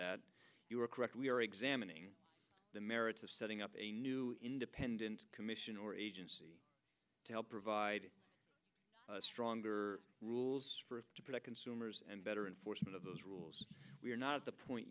that you are correct we are examining the merits of setting up a new independent commission or agency to help provide stronger rules to protect consumers and better enforcement of those rules we are not the point